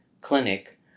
clinic